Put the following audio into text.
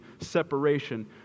separation